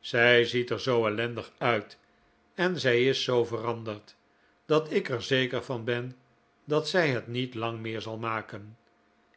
zij ziet er zoo ellendig uit en zij is zoo veranderd dat ik er zeker van ben dat zij het niet lang meer zal maken